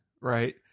right